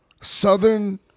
southern